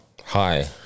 Hi